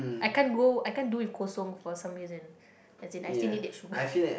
I can't go I can't do with Kosong for some reason as in I still need that sugar